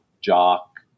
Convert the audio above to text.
jock